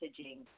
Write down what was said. messaging